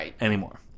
anymore